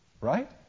Right